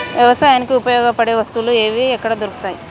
వ్యవసాయానికి ఉపయోగపడే వస్తువులు ఏవి ఎక్కడ దొరుకుతాయి?